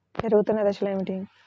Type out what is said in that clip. పెరుగుతున్న దశలు ఏమిటి?